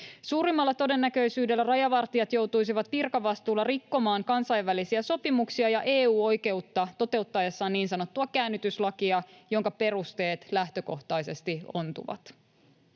Suurimmalla todennäköisyydellä rajavartijat joutuisivat virkavastuulla rikkomaan kansainvälisiä sopimuksia ja EU-oikeutta toteuttaessaan niin sanottua käännytyslakia, jonka perusteet lähtökohtaisesti ontuvat.